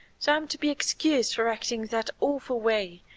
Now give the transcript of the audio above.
so i'm to be excused for acting that awful way,